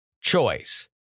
choice